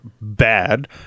bad